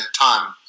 time